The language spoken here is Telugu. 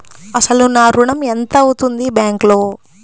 అసలు నా ఋణం ఎంతవుంది బ్యాంక్లో?